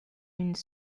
une